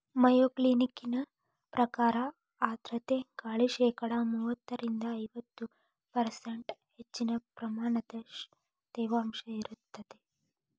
Mayo Clinic ಪ್ರಕಾರ ಆರ್ಧ್ರತೆ ಗಾಳಿ ಶೇಕಡಾ ಮೂವತ್ತರಿಂದ ಐವತ್ತು ಪರ್ಷ್ಂಟ್ ಹೆಚ್ಚಗಿ ಪ್ರಮಾಣದ ತೇವಾಂಶ ಇರತ್ತದ